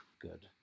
good